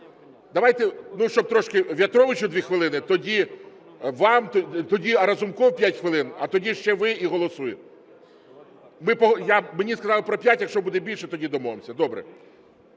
Давайте В'ятровичу 2 хвилини, тоді вам, тоді Разумкову 5 хвилин, а тоді ще ви, і голосуємо. Мені сказали про п'ять, якщо буде більше, тоді домовимось. Добре.